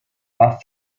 not